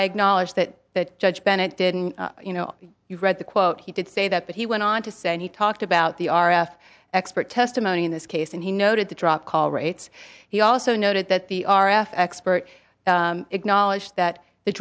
acknowledge that that judge bennett didn't you know you read the quote he did say that but he went on to say and he talked about the r f expert testimony in this case and he noted the drop call rates he also noted that the r f expert acknowledge that the